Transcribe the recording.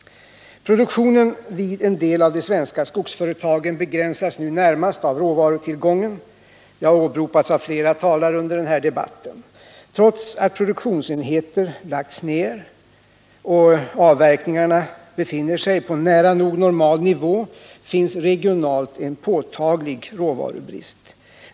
Produktionen vid en del av de svenska skogsföretagen begränsas nu närmast av råvarutillgången — det har påpekats av flera talare under den här debatten. Trots att produktionsenheter har lagts ned och avverkningarna befinner sig på nära nog normal nivå, finns regionalt en påtaglig råvarubrist.